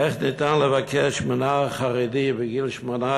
איך ניתן לבקש מנער חרדי בגיל 18